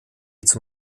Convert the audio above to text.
zum